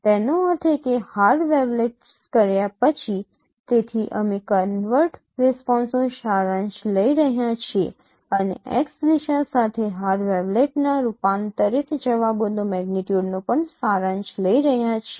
તેનો અર્થ એ કે હાર વેવલેટ્સ કર્યા પછી તેથી અમે કન્વર્ટ રિસ્પોન્સનો સારાંશ લઈ રહ્યા છીએ અને x દિશા સાથે હાર વેવલેટ્સના રૂપાંતરિત જવાબોનો મેગ્નીટ્યુડનો પણ સારાંશ લઈ રહ્યા છીએ